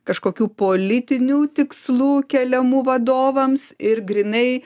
kažkokių politinių tikslų keliamų vadovams ir grynai